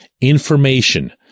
information